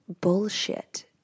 bullshit